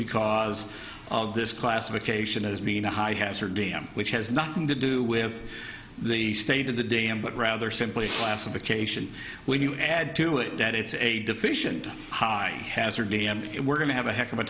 because of this classification as being a high hazard dam which has nothing to do with the state of the dam but rather simply classification when you add to it that it's a deficient high hazard am and we're going to have a heck of a